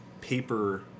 paper